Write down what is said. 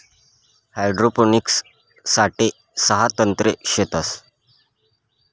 hydroponics साठे सहा तंत्रे शेतस